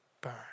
burn